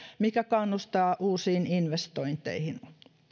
mikä kannustaa uusiin investointeihin